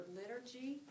liturgy